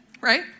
right